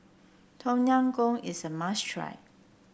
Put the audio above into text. Tom Yam Goong is a must try